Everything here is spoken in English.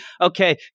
okay